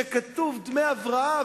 שכתוב "דמי הבראה",